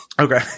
Okay